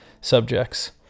subjects